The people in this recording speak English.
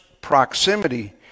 proximity